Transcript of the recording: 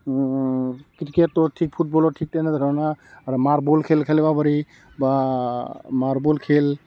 ক্ৰিকেটো ঠিক ফুটবলো ঠিক তেনেধৰণে আৰু মাৰ্বল খেল খেলিব পাৰি বা মাৰ্বল খেল